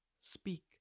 Speak